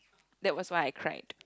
that was why I cried